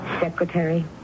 secretary